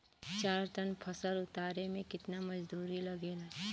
चार टन फसल उतारे में कितना मजदूरी लागेला?